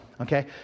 okay